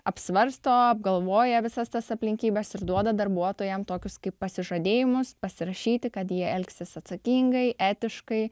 apsvarsto apgalvoja visas tas aplinkybes ir duoda darbuotojam tokius kaip pasižadėjimus pasirašyti kad jie elgsis atsakingai etiškai